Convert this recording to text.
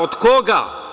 Od koga?